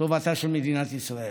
לטובתה של מדינת ישראל,